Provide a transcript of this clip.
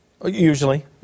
Usually